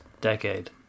decade